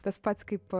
tas pats kaip